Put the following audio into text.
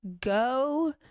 Go